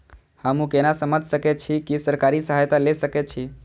हमू केना समझ सके छी की सरकारी सहायता ले सके छी?